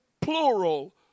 plural